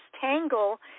tangle